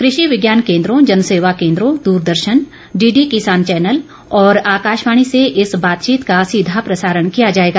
कृषि विज्ञान केंद्रों जनसेवा केंद्रो दूरदर्शन डीडी किसान चौनल और आकाशवाणी से इस बातचीत का सीधा प्रसारण किया जाएगा